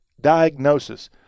diagnosis